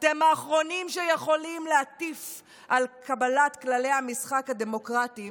אתם האחרונים שיכולים להטיף על קבלת כללי המשחק הדמוקרטיים